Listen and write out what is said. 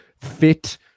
fit